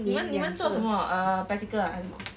你们你们做什么 err practical ah 还是什么